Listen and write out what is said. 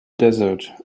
desert